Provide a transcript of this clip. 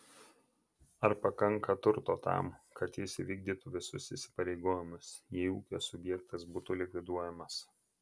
ar pakanka turto tam kad jis įvykdytų visus įsipareigojimus jei ūkio subjektas būtų likviduojamas